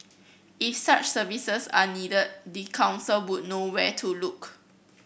if such services are needed the council would know where to look